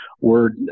word